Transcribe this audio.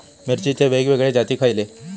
मिरचीचे वेगवेगळे जाती खयले?